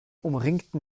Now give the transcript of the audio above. umringten